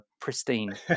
pristine